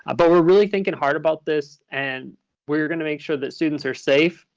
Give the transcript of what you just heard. ah but we're really thinking hard about this. and we're going to make sure that students are safe,